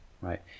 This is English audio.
right